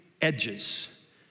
Edges